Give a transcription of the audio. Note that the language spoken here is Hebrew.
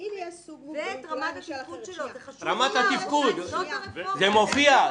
רמת התפקוד זה מופיע.